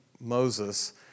Moses